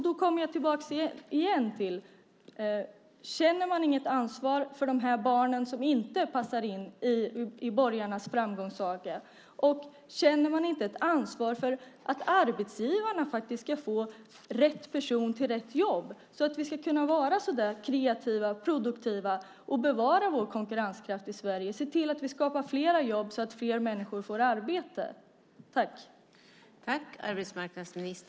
Då kommer jag igen tillbaks till frågan: Känner man inget ansvar för de här barnen som inte passar in i borgarnas framgångssaga? Känner man inte ett ansvar för att arbetsgivarna faktiskt ska få rätt person på rätt jobb, så att vi ska kunna vara så där kreativa och produktiva och bevara vår konkurrenskraft i Sverige och se till att vi skapar flera jobb så att fler människor får arbete?